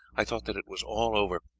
i thought that it was all over.